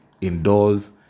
indoors